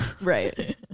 Right